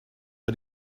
but